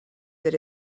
that